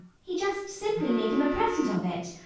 he just simply made him a present of it.